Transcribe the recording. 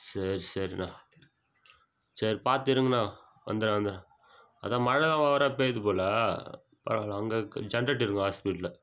சரி சரிண்ணா சரி பார்த்து இருங்கண்ணா வந்துடுறேன் வந்துடுறேன் அதுதான் மழை தான் ஓவராக பெய்யுது போல் பரவாயில்ல அங்கே கு ஜென்ரேட்டர் இருக்கும் ஹாஸ்பிட்லில்